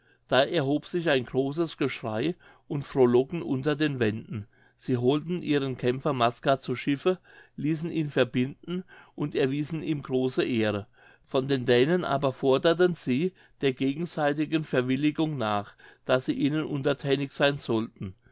da erhob sich ein großes geschrei und frohlocken unter den wenden sie holten ihren kämpfer maska zu schiffe ließen ihn verbinden und erwiesen ihm große ehre von den dänen aber forderten sie der gegenseitigen verwilligung nach daß sie ihnen unterthänig sein sollten